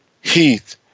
Heath